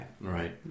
Right